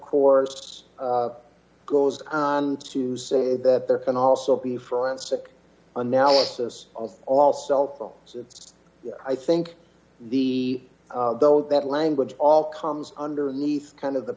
course goes on to say that there can also be forensic analysis of all cell phones it's i think the though that language all comes underneath kind of the